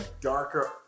darker